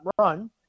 run